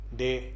day